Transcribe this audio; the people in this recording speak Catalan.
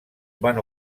van